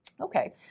Okay